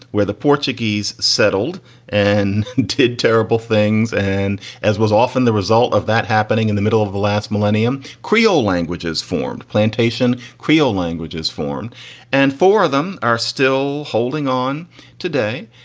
where the portuguese settled and did terrible things. and as was often the result of that happening in the middle of the last millennium, creole languages formed plantation creole languages form and four of them are still holding on today.